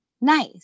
nice